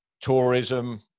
tourism